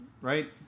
right